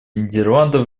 нидерландов